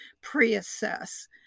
pre-assess